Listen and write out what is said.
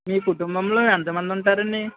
మీ కుటుంబంలో ఎంతమందుంటారండీ